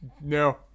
No